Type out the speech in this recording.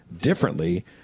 differently